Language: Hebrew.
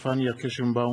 פניה קירשנבאום,